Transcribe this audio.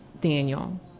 Daniel